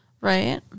Right